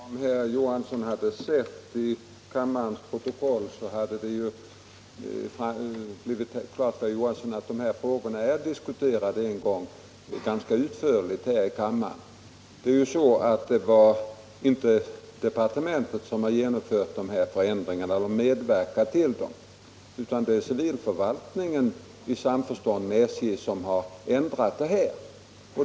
Herr talman! Om herr Johansson i Skärstad hade studerat kammarens protokoll, skulle han ha fått klart för sig att dessa frågor har diskuterats en gång tidigare ganska utförligt här i kammaren. Departementet har inte genomfört eller medverkat till dessa förändringar, utan det är försvarets civilförvaltning som i samförstånd med SJ har ändrat bestämmelserna.